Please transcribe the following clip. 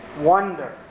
wonder